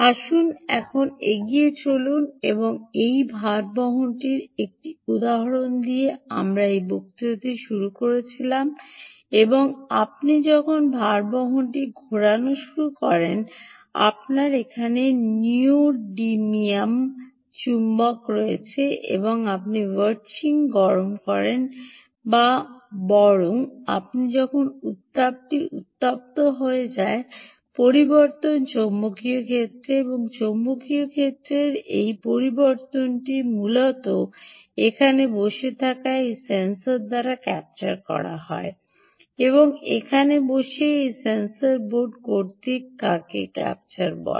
আসুন এখন এগিয়ে চলুন এবং এই ভারবহনটির একটি উদাহরণ দিয়ে আমরা এই বক্তৃতাটি শুরু করেছিলাম এবং আপনি যখন ভারবহনটি ঘোরানো শুরু করেন আপনার এখানে নিউওডিয়ামিয়াম চুম্বক রয়েছে এবং আপনি ভার্চিং গরম করেন বা বরং আপনি যখন উত্তাপটি উত্তপ্ত হয়ে যায় পরিবর্তন চৌম্বকীয় ক্ষেত্র এবং চৌম্বকীয় ক্ষেত্রের এই চৌম্বকীয় ক্ষেত্রের পরিবর্তনটি মূলত এখানে বসে থাকা হল সেন্সর দ্বারা ক্যাপচার করা হয় এবং এখানে বসে এই হল সেন্সর বোর্ড কর্তৃক তাকে ক্যাপচার বলে